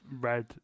red